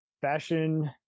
Fashion